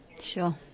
Sure